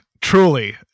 truly